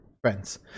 friends